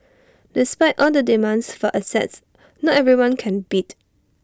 despite all the demands for assets not everyone can bid